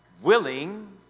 willing